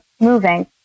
moving